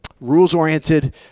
rules-oriented